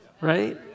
Right